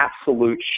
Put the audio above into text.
absolute